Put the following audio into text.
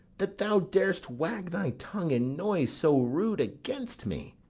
that thou dar'st wag thy tongue in noise so rude against me?